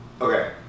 Okay